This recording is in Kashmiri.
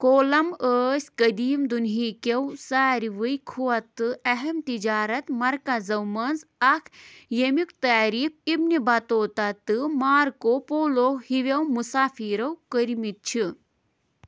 کولَم ٲسۍ قٔدیٖم دُنہِكیو ساروٕے کھۄتہٕ اَہم تِجارَت مَرکزو منٛز اَکھ ییٚمیُک تعریٖف اِبنہِ بَطوٗطہ تہٕ مارکو پولو ہِویو مُسافیٖرو کٔرۍمٕتۍ چھِ